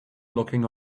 looking